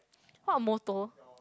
what motor